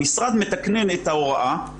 המשרד מתקנן את ההוראה,